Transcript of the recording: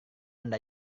anda